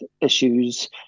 issues